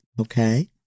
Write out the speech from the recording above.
okay